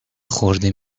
خرد